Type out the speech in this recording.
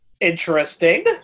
Interesting